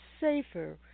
safer